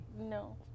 No